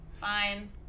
Fine